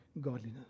godliness